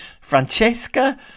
Francesca